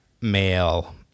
male